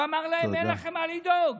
הוא אמר להם: אין לכם מה לדאוג,